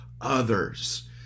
others